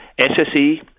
SSE